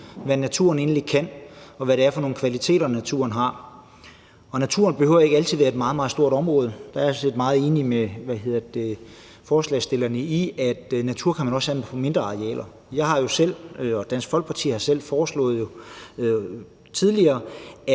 hvad naturen egentlig kan, og hvad det er for nogle kvaliteter, naturen har. Et naturområde behøver ikke altid at være et meget, meget stort område. Der er jeg sådan set meget enig med forslagsstillerne i, at man også kan have natur på mindre arealer. Dansk Folkeparti har jo selv tidligere